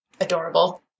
Adorable